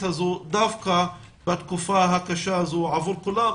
הזו דווקא בתקופה הקשה הזו עבור כולם,